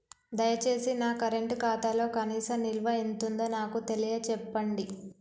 దయచేసి నా కరెంట్ ఖాతాలో కనీస నిల్వ ఎంతుందో నాకు తెలియచెప్పండి